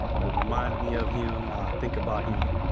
it would remind me of him, i think about him.